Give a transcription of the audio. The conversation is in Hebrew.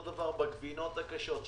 אותו דבר בגבינות הקשות.